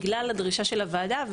בגלל הדרישה של הוועדה,